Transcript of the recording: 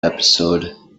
episode